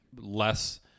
less